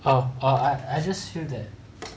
err I just feel that